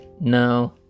No